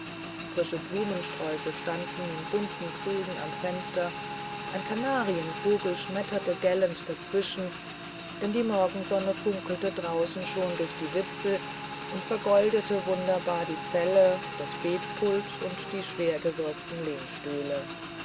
frische blumensträuße standen in bunten krügen am fenster ein kanarienvogel schmetterte gellend dazwischen denn die morgensonne funkelte draußen schon durch die wipfel und vergoldete wunderbar die zelle das betpult und die schwergewirkten